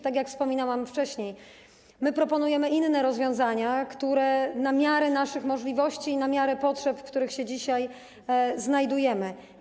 Tak jak wspominałam wcześniej, my proponujemy inne rozwiązania - na miarę naszych możliwości i na miarę potrzeb i sytuacji, w której się dzisiaj znajdujemy.